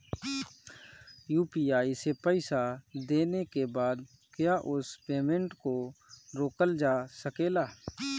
UPI से पईसा देने के बाद क्या उस पेमेंट को रोकल जा सकेला?